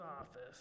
office